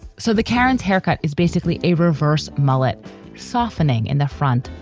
so the karens haircut is basically a reverse mullet softening in the front.